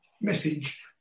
message